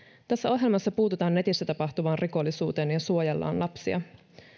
tässä ohjelmassa puututaan netissä tapahtuvaan rikollisuuteen ja suojellaan lapsia